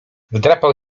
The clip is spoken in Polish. wdrapał